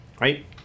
right